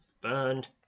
Burned